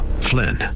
Flynn